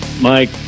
Mike